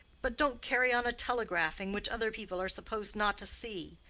but don't carry on a telegraphing which other people are supposed not to see.